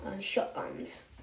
shotguns